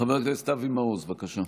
חבר הכנסת אבי מעוז, בבקשה.